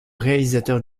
réalisateur